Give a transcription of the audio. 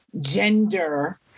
Gender